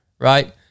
right